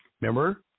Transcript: Remember